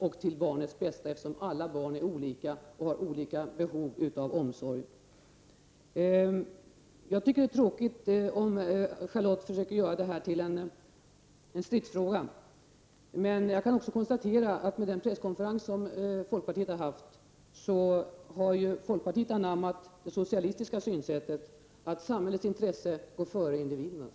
Det är till barnens bästa, eftersom alla barn är olika och har olika behov av omsorg. Jag tycker att det är tråkigt om Charlotte Branting försöker göra detta till en stridsfråga. Men jag kan också konstatera med anledning av den presskonferens som folkpartiet har haft, att folkpartiet har anammat det socialistiska synsättet, att samhällets intressen går före individernas.